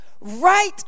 right